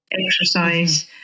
exercise